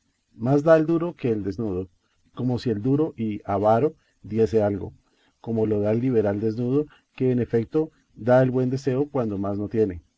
más da el duro que el desnudo como si el duro y avaro diese algo como lo da el liberal desnudo que en efeto da el buen deseo cuando más no tiene